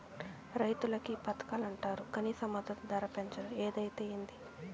రైతులకి పథకాలంటరు కనీస మద్దతు ధర పెంచరు ఏదైతే ఏంది